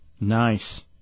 Nice